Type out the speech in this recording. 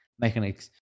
mechanics